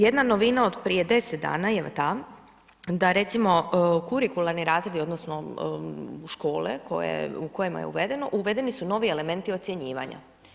Jedna novina od prije 10 dana je ta da recimo kurikularni razredi odnosno škole koje, u kojima je uvedeno, uvedeni su novi elementi ocjenjivanja.